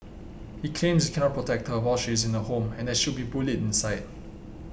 he claims he cannot protect her while she is in the home and that she would be bullied inside